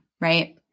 right